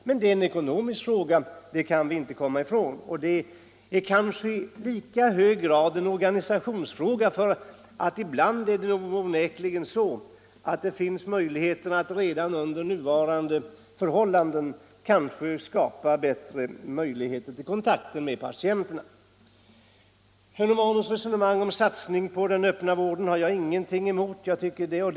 Att det är en ekonomisk fråga kan vi inte komma ifrån, men det är i kanske lika hög grad en organisationsfråga; ibland finns det nog möjligheter att redan under nuvarande förhållanden skapa en bättre kontakt med patienterna. Herr Romanus resonemang om satsning på den öppna vården har jag ingenting att invända mot.